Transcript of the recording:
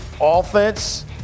offense